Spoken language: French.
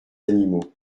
animaux